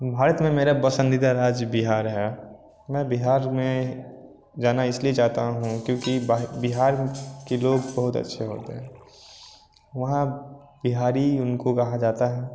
भारत में मेरा पसंदीदा राज्य बिहार है मैं बिहार में जाना इसलिए चाहता हूँ क्योंकि बाह बिहार के लोग बहुत अच्छे होते हैं वहाँ बिहारी कोई वहाँ जाता है